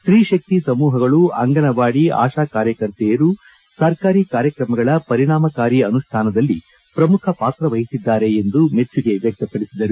ಸ್ತೀಶಕ್ತಿ ಸಮೂಹಗಳು ಅಂಗನವಾಡಿ ಆಶಾ ಕಾರ್ಯಕರ್ತೆಯರು ಸರ್ಕಾರಿ ಕಾರ್ಯಕ್ರಮಗಳ ಪರಿಣಾಮಕಾರಿ ಅನುಷ್ಯಾನದಲ್ಲಿ ಪ್ರಮುಖ ಪಾತ್ರ ವಹಿಸಿದ್ದಾರೆ ಎಂದು ಮೆಚ್ಚುಗೆ ವ್ಯಕ್ತಪಡಿಸಿದರು